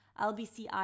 LBCI